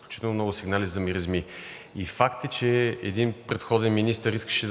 изключително много сигнали за миризми. Факт е, че един предходен министър беше